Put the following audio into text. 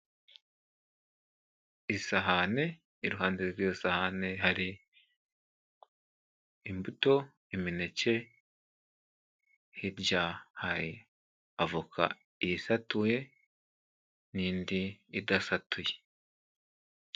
Isahani, iruhande rw'iyo sahani hari imbuto, imineke, hirya hari avoka isatuye n'indi idasatuye.